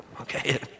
Okay